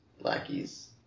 lackeys